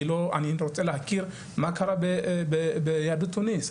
אני רוצה להכיר מה קרה ביהדות תוניס,